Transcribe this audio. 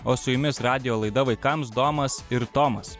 o su jumis radijo laida vaikams domas ir tomas